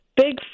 big